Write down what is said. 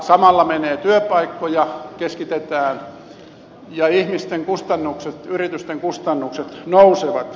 samalla menee työpaikkoja keskitetään ja ihmisten kustannukset yritysten kustannukset nousevat